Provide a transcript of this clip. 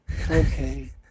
Okay